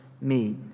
meet